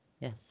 Yes